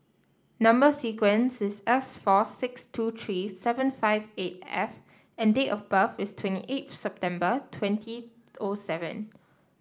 number sequence is S four six two three seven five eight F and date of birth is twenty eight September twenty O seven